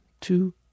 two